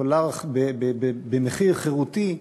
במחיר חירותי,